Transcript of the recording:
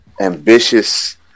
ambitious